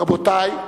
רבותי,